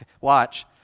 watch